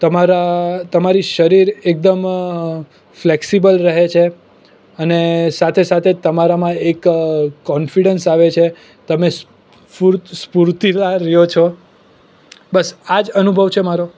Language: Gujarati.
તમારા તમારી શરીર એકદમ ફ્લેક્સિબલ રહે છે અને સાથે સાથે તમારામાં એક કોન્ફિડેંસ આવે છે તમે સ્ફુર્તિલા રહો છો બસ આ જ અનુભવ છે મારો